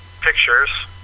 pictures